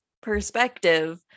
perspective